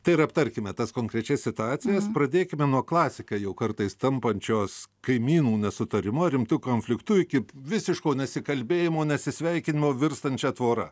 tai ir aptarkime tas konkrečias situacijas pradėkime nuo klasika jau kartais tampančios kaimynų nesutarimu ar rimtu konfliktu iki visiško nesikalbėjimo nesisveikinimo virstančia tvora